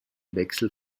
wechsel